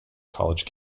college